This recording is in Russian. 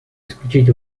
исключить